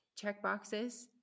checkboxes